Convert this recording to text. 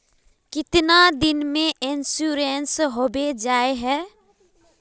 कीतना दिन में इंश्योरेंस होबे जाए है?